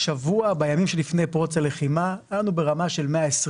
בימים שלפני פרוץ הלחימה היה לנו ברמה של 120